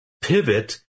pivot